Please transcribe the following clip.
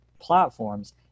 platforms